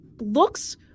looks